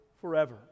forever